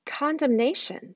Condemnation